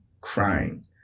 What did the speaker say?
crying